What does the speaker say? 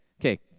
Okay